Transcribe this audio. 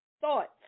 thoughts